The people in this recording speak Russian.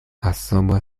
особо